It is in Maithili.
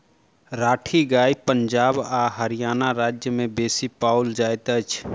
राठी गाय पंजाब आ हरयाणा राज्य में बेसी पाओल जाइत अछि